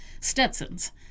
stetsons